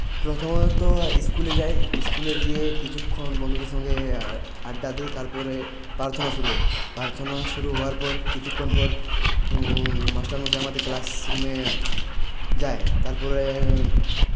প্রথমত স্কুলে যাই স্কুলে গিয়ে কিছুক্ষন বন্ধুদের সঙ্গে আড্ডা দিই তারপরে প্রার্থনা শুরু হয় প্রার্থনা শুরু হওয়ার পর কিছুক্ষণ পর মাস্টারমশাই আমাদের ক্লাস রুমে যায় তারপরে